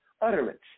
utterance